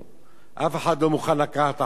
ואף אחד לא מוכן לקחת אחריות.